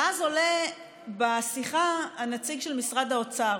ואז עולה בשיחה הנציג של משרד האוצר,